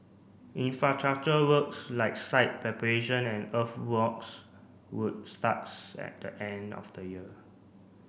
infrastructure works like site preparation and earthworks would starts at the end of the year